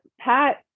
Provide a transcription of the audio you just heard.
Pat